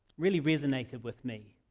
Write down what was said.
really resonated with me